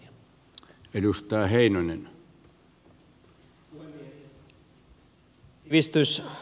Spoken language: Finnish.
arvoisa puhemies